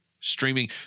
Streaming